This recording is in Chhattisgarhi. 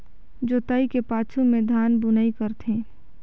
जोतई के पाछू में धान बुनई करथे